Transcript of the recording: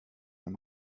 nun